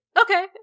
okay